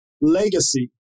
legacy